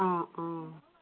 অঁ অঁ